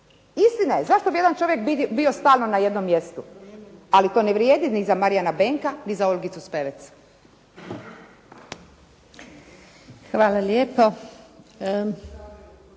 Istina je, zašto bi jedan čovjek bio stalno na jednom mjestu? Ali to ne vrijedi ni za Marijana Benka ni za Olgicu Spevec. **Antunović,